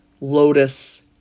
lotus